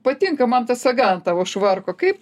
patinka man ta saga ant tavo švarko kaip